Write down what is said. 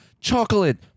Chocolate